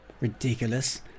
Ridiculous